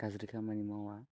गाज्रि खामानि मावा